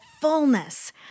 fullness